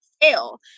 fail